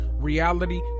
Reality